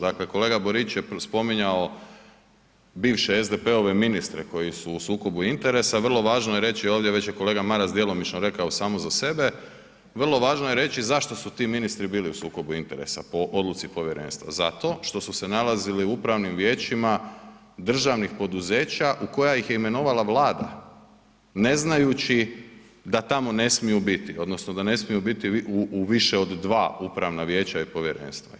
Dakle, kolega Borić je spominjao bivše SDP-ove ministre koji su u sukobu interesa, vrlo važno je reći ovdje, već je kolega Maras djelomično rekao samo za sebe, vrlo važno je reći zašto su ti ministri bili u sukobu interesa po odluci povjerenstva, zato što su se nalazili u upravnim vijećima državnih poduzeća u koja ih je imenovala Vlada ne znajući da tamo ne smiju biti odnosno da ne smiju biti u više od 2 upravna vijeća i povjerenstva.